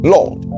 Lord